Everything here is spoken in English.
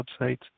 website